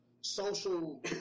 social